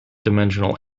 dimensional